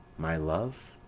my love,